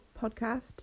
podcast